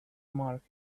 mark